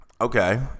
Okay